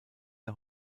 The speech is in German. der